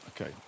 okay